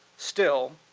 still,